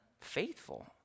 faithful